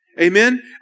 Amen